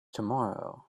tomorrow